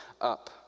up